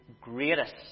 greatest